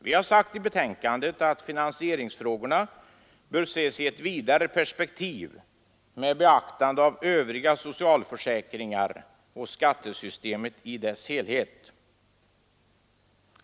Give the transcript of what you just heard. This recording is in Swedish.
Vi har sagt i betänkandet att finansieringsfrågorna bör ses i ett vidare perspektiv med beaktande av övriga socialförsäkringar och av skattesystemet i dess helhet.